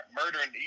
murdering